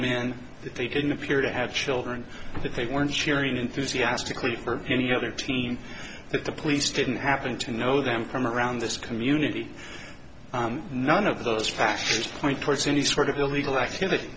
men that they didn't appear to have children that they weren't sharing enthusiastically for any other team that the police didn't happen to know them from around this community none of those factors point towards any sort of illegal activity